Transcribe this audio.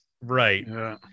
right